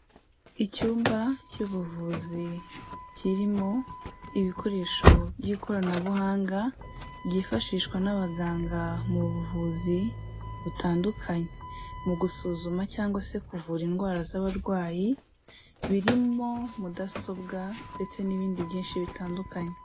Icyumba cy'ubuvuzi kirimo ibikoresho by'ikoranabuhanga, byifashishwa n'abaganga mu buvuzi butandukanye, mu gusuzuma cyangwa se kuvura indwara z'abarwayi. Birimo mudasobwa ndetse n'ibindi byinshi bitandukanye.